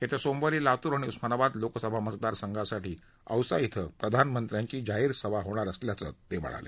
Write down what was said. येत्या सोमवारी लातूर आणि उस्मानाबाद लोकसभा मतदारसंघासाठी औसा इथं प्रधानमंत्र्यांची जाहीर सभा होणार असल्याचं ते म्हणाले